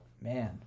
Man